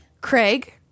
Craig